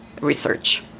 research